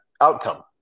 outcome